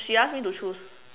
she ask me to choose